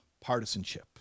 partisanship